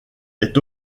est